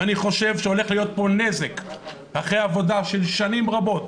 ואני חושב שהולך להיות פה נזק אחרי עבודה של שנים רבות,